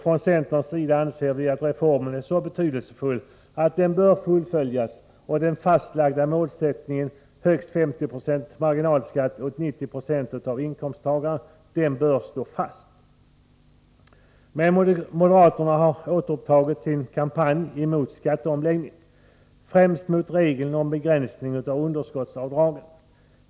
Från centerns sida anser vi att reformen är så betydelsefull att den bör fullföljas, och den fastlagda målsättningen om högst 50 96 marginalskatt åt 90 96 av inkomsttagarna bör stå fast. Men moderaterna har återupptagit sin kampanj mot skatteomläggningen, främst mot regeln om begränsning av underskottsavdragen.